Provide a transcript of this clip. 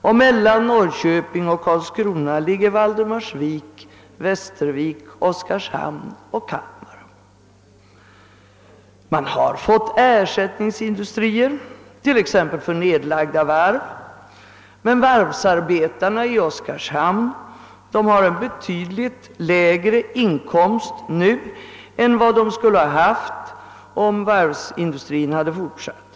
Och mellan Norrköping och Karlskrona ligger Valdemarsvik, Västervik, Oskarshamn och Kalmar.» Man har fått ersättningsindustrier för nedlagda varv, men varvsarbetarna i Oskarshamn »har en betydligt lägre inkomst än vad de skulle ha haft om varvsdriften hade fortsatt».